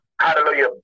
Hallelujah